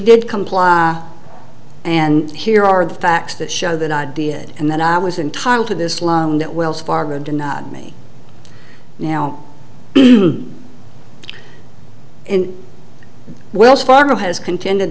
did comply and here are the facts that show that idea and then i was in time to this law that wells fargo denied me now and wells fargo has contended